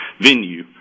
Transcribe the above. venue